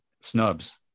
snubs